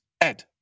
Ed